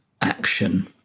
action